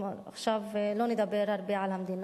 אם כך עכשיו לא נדבר הרבה על המדינה.